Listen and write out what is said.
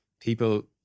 people